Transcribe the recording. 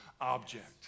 object